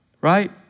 right